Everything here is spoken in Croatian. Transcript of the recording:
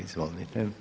Izvolite.